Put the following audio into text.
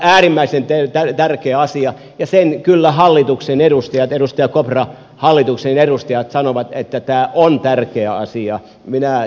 tämä on äärimmäisen tärkeä asia ja kyllä hallituksen edustajat edustaja kopra sanovat että tämä on tärkeä asia